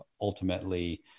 ultimately